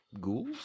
ghouls